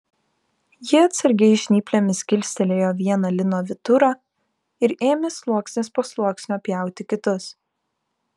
ji atsargiai žnyplėmis kilstelėjo vieną lino vyturą ir ėmė sluoksnis po sluoksnio pjauti kitus